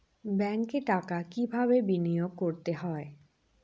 ব্যাংকে টাকা কিভাবে বিনোয়োগ করতে হয়?